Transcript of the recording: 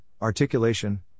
articulation